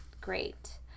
Great